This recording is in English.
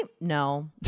no